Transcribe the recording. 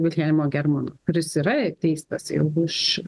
vilhelmo germano kuris yra teistas jau už